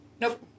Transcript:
Nope